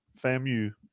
FAMU